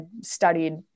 studied